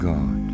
God